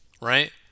right